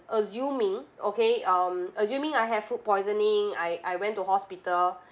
assuming okay um assuming I have food poisoning I I went to hospital